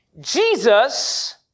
Jesus